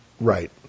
Right